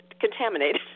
contaminated